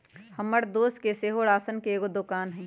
हमर दोस के सेहो राशन के एगो दोकान हइ